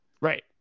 right